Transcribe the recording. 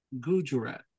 Gujarat